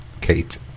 Kate